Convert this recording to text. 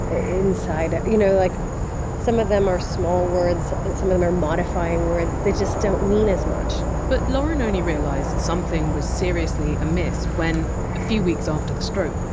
ah inside you know like some of them are small words and some of them are modifying words, they just don't mean as much but lauren only realised something was seriously amiss when, a few weeks after the stroke,